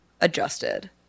adjusted